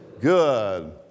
good